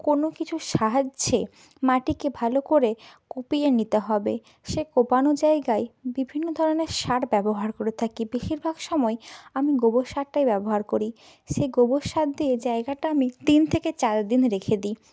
কোনো কিছুর সাহায্যে মাটিকে ভালো করে কুপিয়ে নিতে হবে সে কোপানো জায়গায় বিভিন্ন ধরনের সার ব্যবহার করে থাকি বেশিরভাগ সময় আমি গোবর সারটাই ব্যবহার করি সেই গোবর সার দিয়ে জায়গাটা আমি তিন থেকে চার দিন রেখে দি